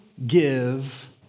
Give